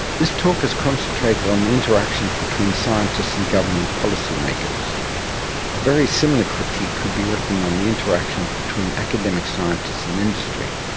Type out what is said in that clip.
this talk has concentrated on the interactions between scientists and government policy-makers. a very similar critique could be written on the interactions between academic scientists and industry.